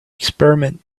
experiment